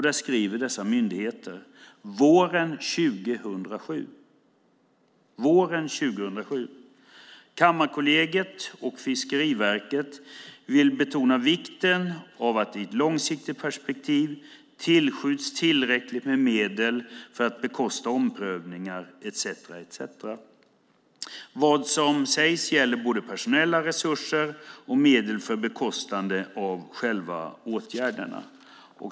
Dessa myndigheter skriver våren 2007: "Kammarkollegiet och Fiskeriverket vill betona vikten av att det i ett långsiktigt perspektiv tillskjuts tillräckligt med medel för att bekosta omprövningar. Vad som sägs gäller både personella resurser och medel för bekostande av själva åtgärderna."